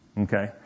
okay